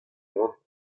oan